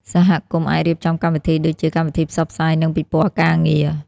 សហគមន៍អាចរៀបចំកម្មវិធីដូចជា កម្មវិធីផ្សព្វផ្សាយ និងពិព័រណ៍ការងារ។